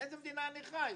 באיזו מדינה אני חי?